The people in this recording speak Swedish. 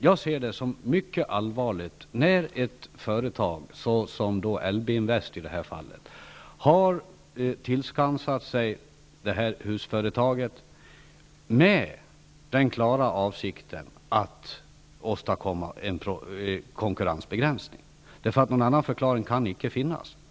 Jag ser det som mycket allvarligt när ett företag, LB-Invest i detta fall, har tillskansat sig husfabriken med den klara avsikten att åstadkomma en konkurrensbegränsning. Någon annan förklaring kan icke finnas.